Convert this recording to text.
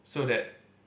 so that